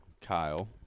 Kyle